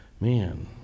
man